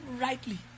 rightly